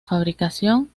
fabricación